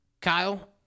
Kyle